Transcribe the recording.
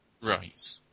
Right